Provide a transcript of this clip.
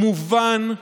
מובן,